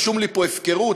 רשום לי פה "הפקרות",